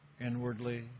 inwardly